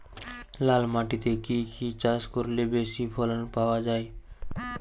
লাল মাটিতে কি কি চাষ করলে বেশি ফলন পাওয়া যায়?